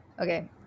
okay